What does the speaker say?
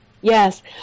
Yes